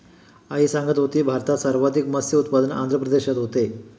आई सांगत होती, भारतात सर्वाधिक मत्स्य उत्पादन आंध्र प्रदेशात होते